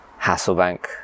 Hasselbank